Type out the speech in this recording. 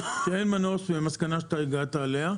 שאין מנוס מהמסקנה שאתה הגעת אליה,